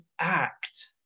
act